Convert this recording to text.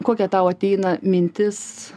kokia tau ateina mintis